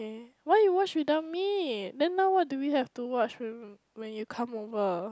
eh why you watch without me then now what do we have to watch when when you come over